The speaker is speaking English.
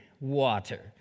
water